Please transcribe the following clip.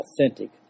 authentic